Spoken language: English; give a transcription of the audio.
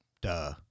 duh